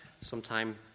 sometime